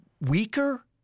weaker